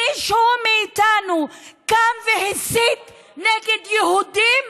מישהו מאיתנו קם והסית נגד יהודים?